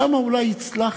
שם אולי הצלחת,